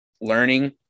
learning